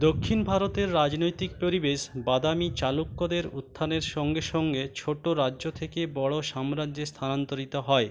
দক্ষিণ ভারতের রাজনৈতিক পরিবেশ বাদামি চালুক্যদের উত্থানের সঙ্গে সঙ্গে ছোটো রাজ্য থেকে বড় সাম্রাজ্যে স্থানান্তরিত হয়